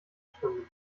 schwimmen